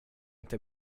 inte